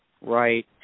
Right